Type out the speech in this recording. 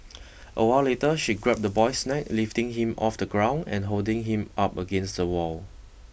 a while later she grabbed the boy's neck lifting him off the ground and holding him up against the wall